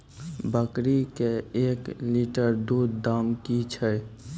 बकरी के एक लिटर दूध दाम कि छ?